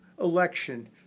election